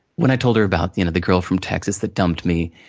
when i told her about the and the girl from texas that dumped me,